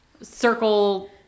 circle